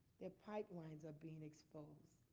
their pipelines are being exposed.